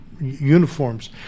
uniforms